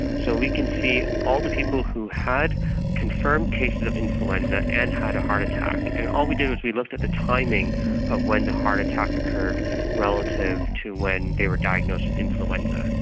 so we can see all the people who had confirmed cases of influenza and had a heart attack. and all we did was we looked at the timing of when the heart attack occurred relative to when they were diagnosed with influenza.